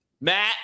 Matt